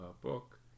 book